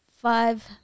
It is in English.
five